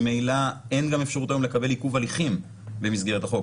ממילא אין גם אפשרות היום לקבל עיכוב הליכים במסגרת החוק,